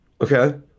Okay